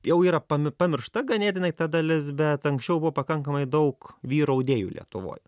jau yra pami pamiršta ganėtinai ta dalis bet anksčiau buvo pakankamai daug vyrų audėjų lietuvoj